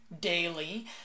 daily